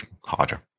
harder